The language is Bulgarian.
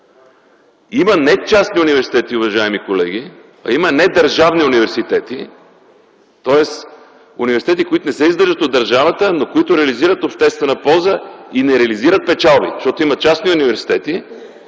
има не частни университети, уважаеми колеги, има не държавни университети, тоест университети, които не се издържат от държавата, но които реализират обществена полза и не реализират печалби. Защото има частни университети,